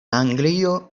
anglio